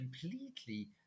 completely